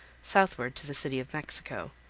southward to the city of mexico.